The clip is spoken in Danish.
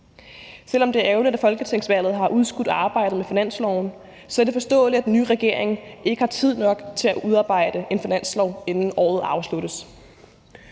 Selv om det er ærgerligt, at folketingsvalget har udskudt arbejdet med finansloven, er det forståeligt, at den nye regering ikke har tid nok til at udarbejde et finanslovsforslag, inden året afsluttes.